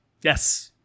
yes